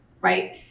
right